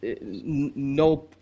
no